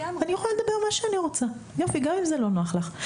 אני יכולה לדבר על מה שאני רוצה גם אם זה לא נוח לך.